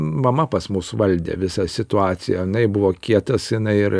mama pas mus valdė visą situaciją jinai buvo kietas jinai ir